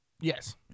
Yes